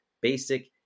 basic –